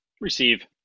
Receive